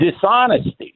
dishonesty